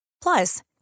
Plus